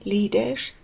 Leaders